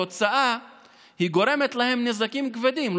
בתוצאה היא גורמת להם נזקים כבדים,